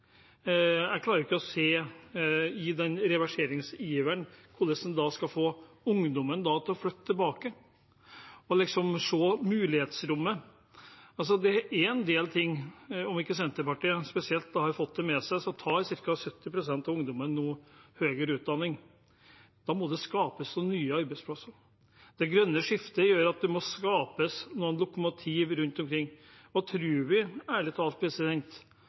da skal få ungdommen til å flytte tilbake og se mulighetsrommet. Det er en del ting her, og om ikke Senterpartiet har fått det med seg, tar ca. 70 pst. av ungdommen nå høyere utdanning. Da må det skapes noen nye arbeidsplasser. Det grønne skiftet gjør at det må skapes noen lokomotiv rundt omkring.